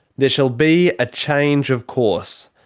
there shall be a change of course.